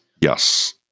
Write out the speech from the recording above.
Yes